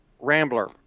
rambler